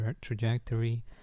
trajectory